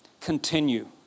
Continue